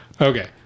Okay